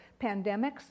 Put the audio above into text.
pandemics